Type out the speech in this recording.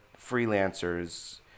freelancers